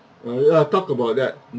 uh ya talk about that